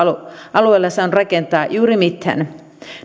alueilla saanut rakentaa juuri mitään